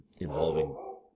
involving